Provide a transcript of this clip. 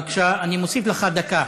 בבקשה, אני מוסיף לך דקה.